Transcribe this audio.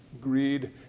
greed